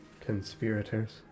conspirators